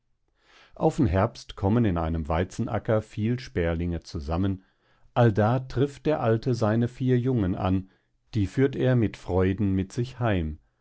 aufn herbst kommen in einem weizenacker viel sperlinge zusammen allda trifft der alte seine vier jungen an die führt er mit freuden mit sich heim